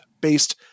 based